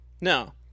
No